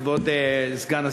כבוד סגן השר,